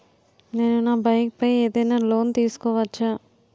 నేను నా బైక్ పై ఏదైనా లోన్ తీసుకోవచ్చా?